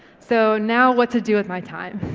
so now what to do with my time?